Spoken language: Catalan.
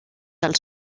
els